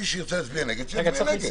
מי שירצה להצביע נגד, שיצביע נגד.